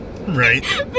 Right